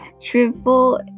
triple